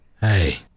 Hey